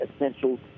essentials